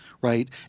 Right